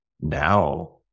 now